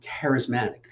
charismatic